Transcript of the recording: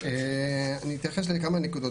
אני אתייחס לכמה נקודות.